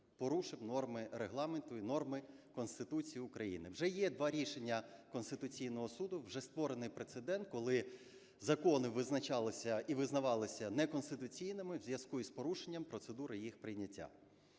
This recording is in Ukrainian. порушив норми Регламенту і норми Конституції України. Вже є два рішення Конституційного Суду, вже створений прецедент, коли закони визначалися і визнавалися неконституційними в зв'язку із порушенням процедури їх прийняття.